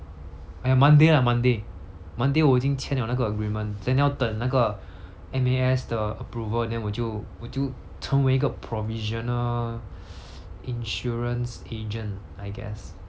!aiya! monday lah monday monday 我已经签 liao 那个 agreement then 要等那个 M_A_S 的 approval then 我就我就成为一个 provisional insurance agent I guess